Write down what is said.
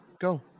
go